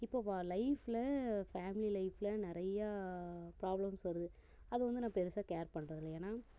இப்போது லைஃப்பில் ஃபேமிலி லைஃப்பில் நிறையா ப்ராப்லம்ஸ் வருது அது வந்து நான் பெருசாக கேர் பண்றது இல்லை ஏன்னா